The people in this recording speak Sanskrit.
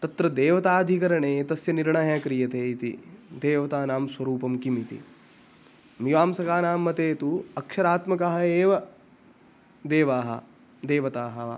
तत्र देवताधिकरणे तस्य निर्णयः क्रियते इति देवतानां स्वरूपं किम् इति मीमांसकानां मते तु अक्षरात्मकाः एव देवाः देवताः वा